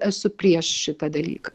esu prieš šitą dalyką